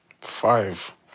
Five